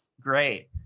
great